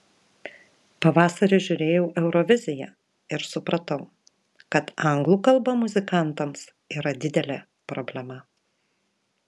pavasarį žiūrėjau euroviziją ir supratau kad anglų kalba muzikantams yra didelė problema